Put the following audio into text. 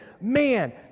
man